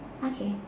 okay